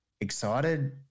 excited